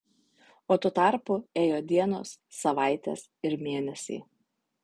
o tuo tarpu ėjo dienos savaitės ir mėnesiai